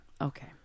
Okay